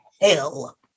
hell